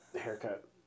haircut